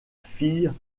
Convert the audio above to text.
fille